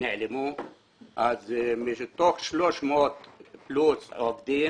מ-300 פלוס עובדים